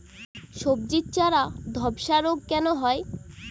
সবজির চারা ধ্বসা রোগ কেন হয়?